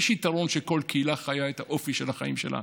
יש יתרון שכל קהילה חיה את האופי של החיים שלה.